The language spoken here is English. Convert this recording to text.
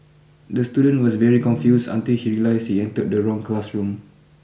the student was very confused until he realised he entered the wrong classroom